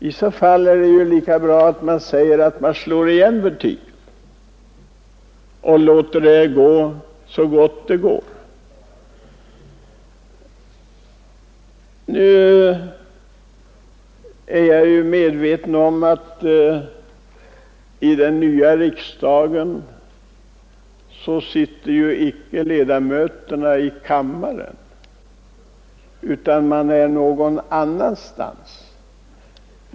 I så fall är det lika bra att man slår igen butiken och låter det gå så gott det går. I den nya riksdagen sitter ju ledamöterna icke i kammaren utan de är någon annanstans.